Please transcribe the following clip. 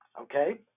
okay